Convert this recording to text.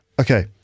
Okay